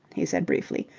he said briefly.